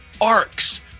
Arcs